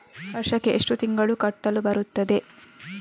ವರ್ಷಕ್ಕೆ ಎಷ್ಟು ತಿಂಗಳು ಕಟ್ಟಲು ಬರುತ್ತದೆ?